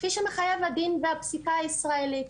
כפי שמחייב בדין והפסיקה הישראלית,